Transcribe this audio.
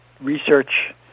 research